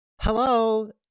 Hello